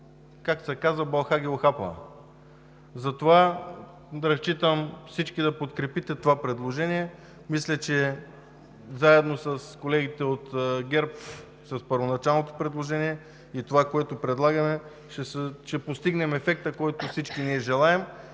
както се казва, бълха ги ухапала. Затова разчитам всички да подкрепите това предложение. Мисля, че заедно с колегите от ГЕРБ – с първоначалното предложение и това, което предлагаме, ще постигнем ефекта, който всички ние желаем,